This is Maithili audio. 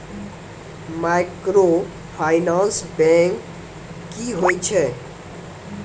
माइक्रोफाइनांस बैंक की होय छै?